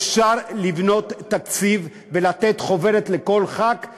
אפשר לבנות תקציב ולתת חוברת לכל חבר כנסת,